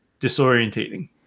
disorientating